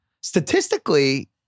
statistically